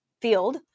field